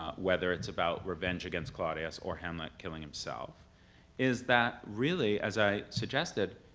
ah whether it's about revenge against claudius or hamlet killing himself is that, really, as i suggested,